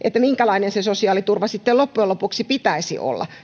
minkälainen sen sosiaaliturvan sitten loppujen lopuksi pitäisi olla